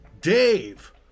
Dave